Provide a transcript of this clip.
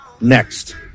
Next